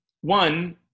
one